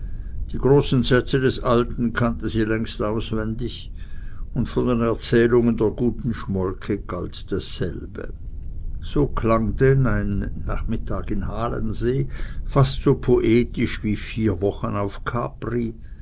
die großen sätze des alten kannte sie längst auswendig und von den erzählungen der guten schmolke galt dasselbe so klang denn ein nachmittag in halensee fast so poetisch wie vier wochen auf capri